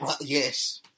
Yes